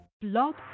Blog